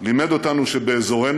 לימד אותנו שבאזורנו,